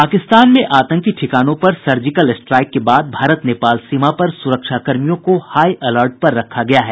पाकिस्तान में आतंकी ठिकानों पर सर्जिकल स्ट्राईक के बाद भारत नेपाल सीमा पर सुरक्षाकर्मियों को हाई अलर्ट पर रखा गया है